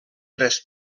tres